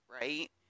right